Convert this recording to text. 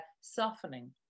softening